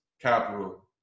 capital